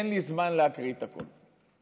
אין לי זמן להקריא את הכול,